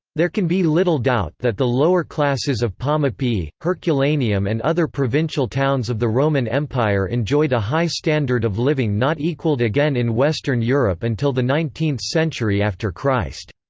there can be little doubt that the lower classes of pomepii, herculaneum and other provincial towns of the roman empire enjoyed a high standard of living not equaled again in western europe until the nineteenth century after christ,